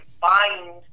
find